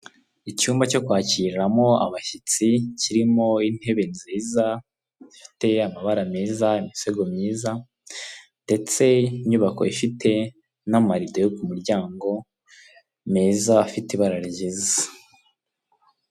Abantu benshi harimo umugabo wambaye ishati ijya gusa umutuku imbere ye hari mudasobwa n'icupa ry'amazi biteretse ku meza, iruhande rwe hari umugabo wambaye ishati y'umweru n'amarinete, mbere yewe hari icupa ry'amazi ndetse n'igikapu cy'umukara, iruhande rw'iwe nawe hari umugore wambaye ikanzu y'umukara iciye amaboko, imbere yiwe hari icupa ry'amazi na mudasobwa biteretse ku meza.